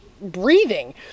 breathing